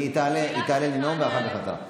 היא תעלה לנאום ואחר כך אתה.